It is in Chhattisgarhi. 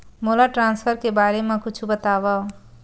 मोला ट्रान्सफर के बारे मा कुछु बतावव?